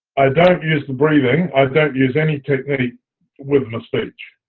i don't use the breathing i don't use any technique with my speech.